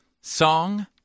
song